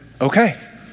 okay